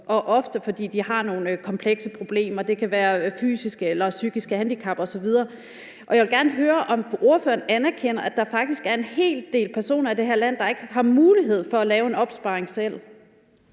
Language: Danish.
ofte fordi de har nogle komplekse problemer. Det kan være fysiske eller psykiske handicap osv., og jeg vil gerne høre, om ordføreren anerkender, at der faktisk er en hel del personer i det her land, der ikke har mulighed for at lave en opsparing selv.